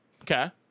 okay